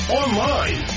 online